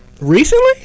Recently